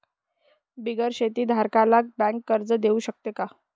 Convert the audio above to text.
बिगर शेती धारकाले बँक कर्ज देऊ शकते का?